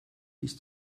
ist